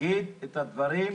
יש בעיה רצינית,